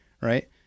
Right